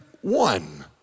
one